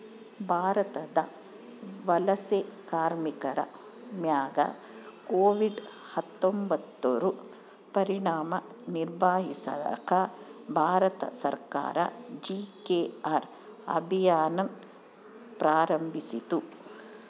ಭಾರತದ ವಲಸೆ ಕಾರ್ಮಿಕರ ಮ್ಯಾಗ ಕೋವಿಡ್ ಹತ್ತೊಂಬತ್ತುರ ಪರಿಣಾಮ ನಿಭಾಯಿಸಾಕ ಭಾರತ ಸರ್ಕಾರ ಜಿ.ಕೆ.ಆರ್ ಅಭಿಯಾನ್ ಪ್ರಾರಂಭಿಸಿತು